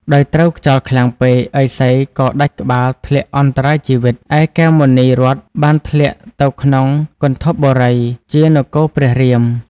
ដោយត្រូវខ្យល់ខ្លាំងពេក ឥសីក៏ដាច់ក្បាលធ្លាក់អន្តរាយជីវិត ឯកែវមណីរត្ន បានធ្លាក់ទៅក្នុងគន្ធពបុរី ជានគរព្រះរៀម។